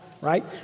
right